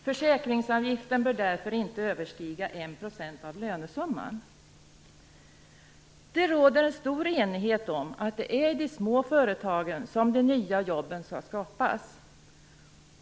Försäkringsavgiften bör därför inte överstiga 1 % Det råder stor enighet om att det är i de små företagen som de nya jobben skall skapas.